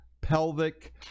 pelvic